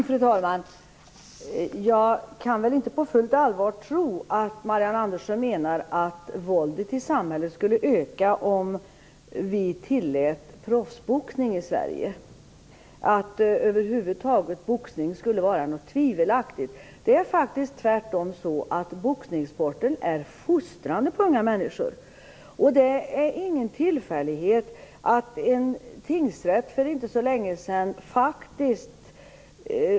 Fru talman! Jag kan inte på fullt allvar tro att Marianne Andersson menar att våldet i samhället skulle öka om vi tillät proffsboxning i Sverige eller att boxning över huvud taget skulle vara något tvivelaktigt. Det är faktiskt tvärtom så att boxningssporten är fostrande för unga människor. Det var ingen tillfällighet med det beslut som en tingsrätt fattade för inte så länge sedan.